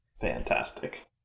Fantastic